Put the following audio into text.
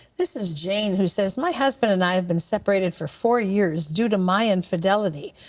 this is jane who says, my husband and i have been separated for four years due to my infidelity.